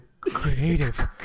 creative